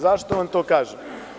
Zašto vam to kažem?